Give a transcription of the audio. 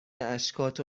اشکاتو